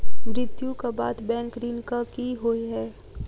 मृत्यु कऽ बाद बैंक ऋण कऽ की होइ है?